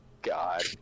God